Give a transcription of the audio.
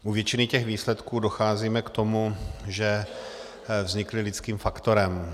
U většiny těch výsledků docházíme k tomu, že vznikly lidským faktorem.